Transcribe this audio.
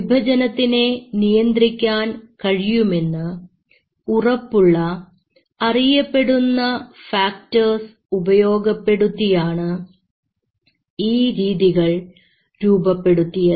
വിഭജനത്തിനെ നിയന്ത്രിക്കാൻ കഴിയുമെന്ന് ഉറപ്പുള്ള അറിയപ്പെടുന്ന ഫാക്ടർസ് ഉപയോഗപ്പെടുത്തിയാണ് ഈ രീതികൾ രൂപപ്പെടുത്തിയത്